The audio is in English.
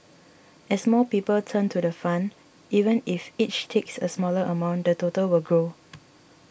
as more people turn to the fund even if each takes a smaller amount the total will grow